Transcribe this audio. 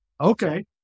Okay